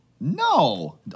No